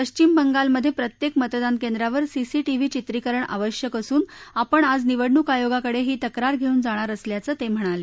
पश्चिम बंगालमधे प्रत्येक मतदान केंद्रावर सीसीटीव्ही चित्रीकरण आवश्यक असून आपण आज निवडणूक आयोगाकडे ही तक्रार घेऊन जाणार असल्याचं ते म्हणाले